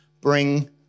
bring